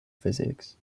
physics